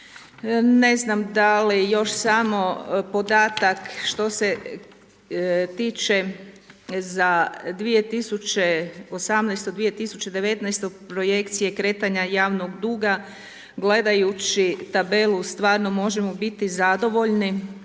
Ne znam, da li još samo podatak što se tiče za 2018. – 2019. projekcije kretanja javnog duga gledajući tabelu stvarno možemo biti zadovoljni